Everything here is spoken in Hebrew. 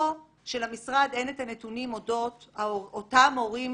או שלמשרד אין את הנתונים אודות אותם הורים